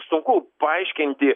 sunku paaiškinti